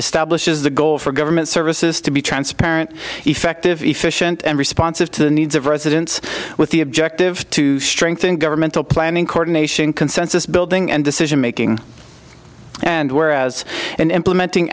establishes the goal for government services to be transparent effective efficient and responsive to the needs of residents with the objective to strengthen governmental planning cordon nation consensus building and decision making and whereas an implementing